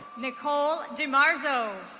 nicole demarzo.